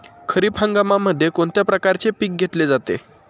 खरीप हंगामामध्ये कोणत्या प्रकारचे पीक घेतले जाते?